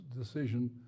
decision